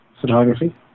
photography